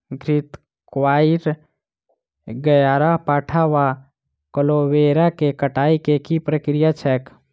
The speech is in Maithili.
घृतक्वाइर, ग्यारपाठा वा एलोवेरा केँ कटाई केँ की प्रक्रिया छैक?